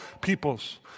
peoples